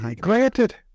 granted